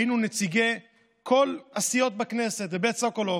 היינו נציגי כל הסיעות בכנסת בבית סוקולוב,